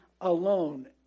alone